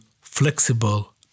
flexible